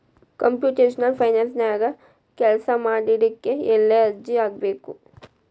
Computational ಫೈನಾನ್ಸನ್ಯಾಗ ಕೆಲ್ಸಾಮಾಡ್ಲಿಕ್ಕೆ ಎಲ್ಲೆ ಅರ್ಜಿ ಹಾಕ್ಬೇಕು?